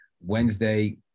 Wednesday